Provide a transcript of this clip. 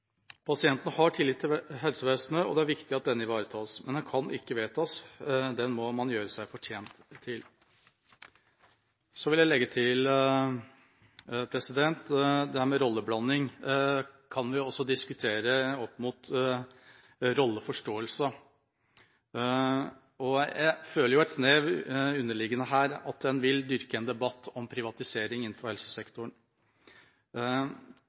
Pasientene har tillit til helsevesenet, og det er viktig at den ivaretas. Men den kan ikke vedtas, den må man gjøre seg fortjent til. Så vil jeg legge til: Dette med rolleblanding kan vi også diskutere opp mot rolleforståelse, og jeg føler et snev av noe underliggende her, at en vil dyrke en debatt om privatisering innenfor helsesektoren.